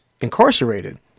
incarcerated